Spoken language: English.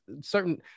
Certain